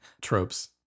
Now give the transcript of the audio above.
tropes